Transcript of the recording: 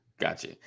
Gotcha